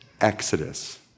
Exodus